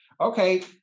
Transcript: okay